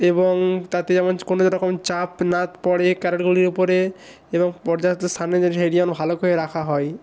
এবং তাতে যেমন কোনো রকম চাপ না পড়ে ক্যারটগুলির উপরে এবং পর্যাপ্ত সানেদের এরিয়া যেন ভালো করে রাখা হয়